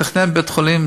תכנון בית-חולים,